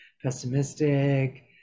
Pessimistic